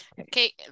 okay